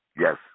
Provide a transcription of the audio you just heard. Yes